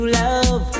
love